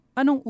ano